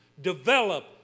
develop